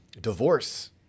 Divorce